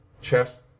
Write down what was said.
chest